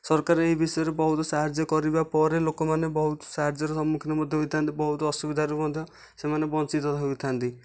ସରକାର ଏହି ବିଷୟରେ ବହୁତ ସାହାଯ୍ୟ କରିବା ପରେ ଲୋକମାନେ ବହୁତ ସାହାଯ୍ୟର ସମ୍ମୁଖୀନ ମଧ୍ୟ ହୋଇଥାନ୍ତି ବହୁତ ଅସୁବିଧାରୁ ମଧ୍ୟ ସେମାନେ ବଞ୍ଚିତ ହୋଇଥାନ୍ତି